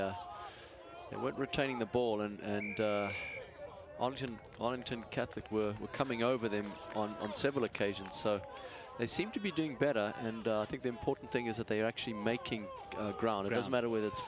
did what retaining the ball and option on ten catholic were coming over them on on several occasions so they seem to be doing better and i think the important thing is that they are actually making ground it doesn't matter whether it's